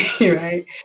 right